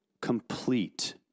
Complete